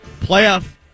Playoff